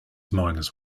miners